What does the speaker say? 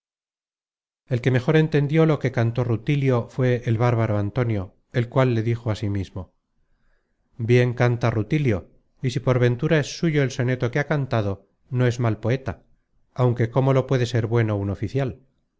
el que mejor entendió lo que cantó rutilio fué el bárbaro antonio el cual le dijo asimismo bien canta rutilio y si por ventura es suyo el soneto que ha cantado no es mal poeta aunque cómo lo puede ser bueno un oficial